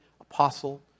apostle